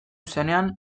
zenean